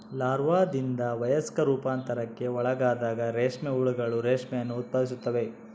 ಲಾರ್ವಾದಿಂದ ವಯಸ್ಕ ರೂಪಾಂತರಕ್ಕೆ ಒಳಗಾದಾಗ ರೇಷ್ಮೆ ಹುಳುಗಳು ರೇಷ್ಮೆಯನ್ನು ಉತ್ಪಾದಿಸುತ್ತವೆ